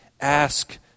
Ask